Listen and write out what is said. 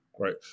Right